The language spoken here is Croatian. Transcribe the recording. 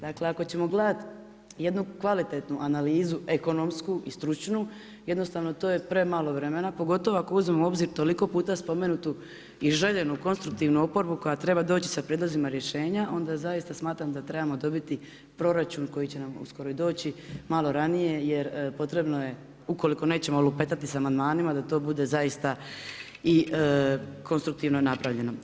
Dakle, ako ćemo gledati jednu kvalitetnu analizu ekonomsku i stručnu jednostavno to je premalo vremena pogotovo ako uzmemo u obzir toliko puta spomenutu i željenu konstruktivnu oporbu koja treba doći sa prijedlozima rješenja, onda zaista smatram da trebamo dobiti proračun koji će nam uskoro i doći malo ranije, jer potrebno je ukoliko nećemo lupetati sa amandmanima, da to bude zaista i konstruktivno napravljeno.